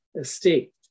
estate